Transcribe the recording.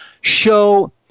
show